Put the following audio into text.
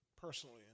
personally